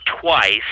twice